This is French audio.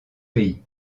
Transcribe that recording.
pays